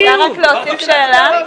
אפשר רק להוסיף שאלה?